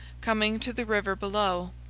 coming to the river below.